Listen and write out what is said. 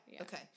okay